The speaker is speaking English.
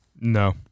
No